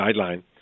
guideline